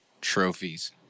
trophies